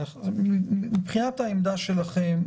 מבחינת העמדה שלכן,